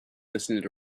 listening